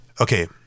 okay